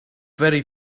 very